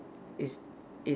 is is